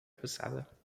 passada